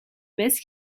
baisse